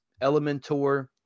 Elementor